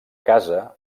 casa